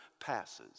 passes